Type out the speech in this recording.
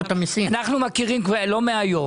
אנחנו מכירים לא מהיום.